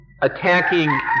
attacking